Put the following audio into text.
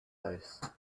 house